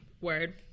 Word